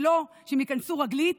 ולא שהם ייכנסו רגלית